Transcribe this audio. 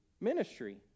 ministry